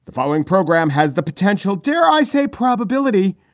the following program has the potential, dare i say, probability,